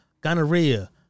gonorrhea